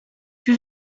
czy